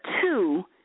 two